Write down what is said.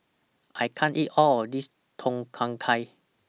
I can't eat All of This Tom Kha Gai